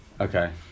Okay